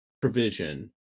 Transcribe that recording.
provision